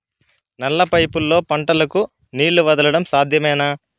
నల్ల పైపుల్లో పంటలకు నీళ్లు వదలడం సాధ్యమేనా?